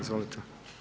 Izvolite.